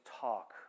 talk